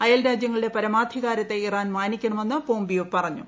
അയൽ രാജ്യങ്ങളുടെ പരമാധികാരത്തെ ഇറാൻ മാനിക്കണമെന്ന് പോംപിയോ പറഞ്ഞു